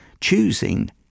Choosing